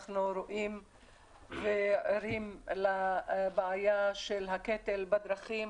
אנחנו רואים וערים לבעיה של הקטל בדרכים,